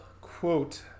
quote